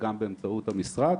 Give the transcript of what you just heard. גם באמצעות המשרד.